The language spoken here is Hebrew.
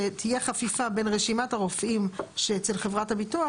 שתהיה חפיפה בין רשימת הרופאים שאצל חברת הביטוח